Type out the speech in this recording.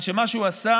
מה שהוא עשה,